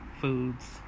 foods